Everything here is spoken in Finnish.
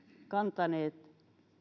kantaneet